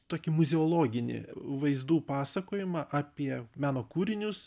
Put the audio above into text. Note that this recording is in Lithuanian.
tokį muziejologinį vaizdų pasakojimą apie meno kūrinius